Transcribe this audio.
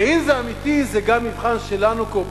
ואם זה אמיתי, זה גם מבחן שלנו כאופוזיציה.